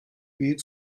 büyük